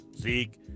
Zeke